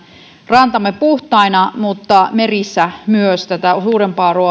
rantamme puhtaina mutta merissä on myös tätä suurempaa